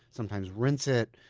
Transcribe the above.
sometimes rinse it.